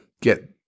get